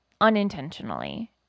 unintentionally